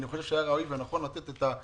אני חושב שהיה ראוי ונכון לתת את ההארכה הזאת.